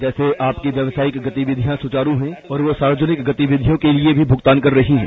जैसे आपकी व्यादसायिक गतिविधियां सुचारू हो और वह सार्वजनिक गतिविधियों के लिये भी भुगतान कर रही हैं